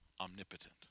omnipotent